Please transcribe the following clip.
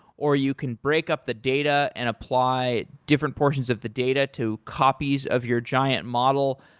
or you can break up the data and apply different portions of the data to copies of your giant model.